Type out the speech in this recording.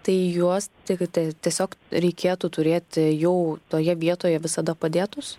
tai juos tik tai tiesiog reikėtų turėti jau toje vietoje visada padėtus